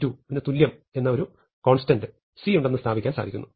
maxc1c2 എന്ന ഒരു constant c ഉണ്ടെന്നുസ്ഥാപിക്കാൻ സാധിക്കുന്നു